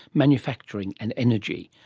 manufacturing and energy.